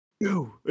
No